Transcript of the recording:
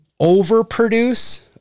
overproduce